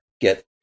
get